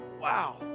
wow